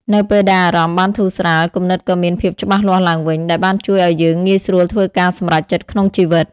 នៅពេលដែលអារម្មណ៍បានធូរស្រាល គំនិតក៏មានភាពច្បាស់លាស់ឡើងវិញ ដែលបានជួយឲ្យយើងងាយស្រួលធ្វើការសម្រេចចិត្តក្នុងជីវិត។